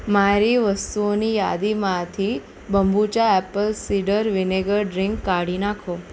મારી વસ્તુઓની યાદીમાંથી kombucha apple cider vinegar drink કાઢી નાખો